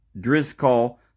Driscoll